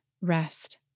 rest